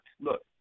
Look